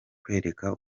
kwereka